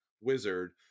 Wizard